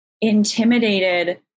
intimidated